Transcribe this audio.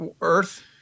earth